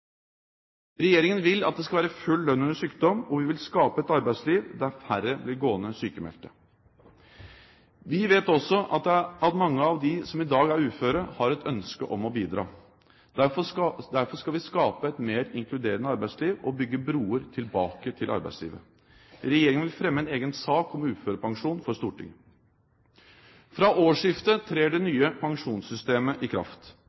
Regjeringen vil at det skal være full lønn under sykdom, og vi vil skape et arbeidsliv der færre blir gående sykemeldte. Vi vet også at mange av dem som i dag er uføre, har et ønske om å bidra. Derfor skal vi skape et mer inkluderende arbeidsliv og bygge broer tilbake til arbeidslivet. Regjeringen vil fremme en egen sak om uførepensjon for Stortinget. Fra årsskiftet trer det nye pensjonssystemet i kraft,